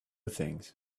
things